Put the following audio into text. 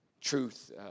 Truth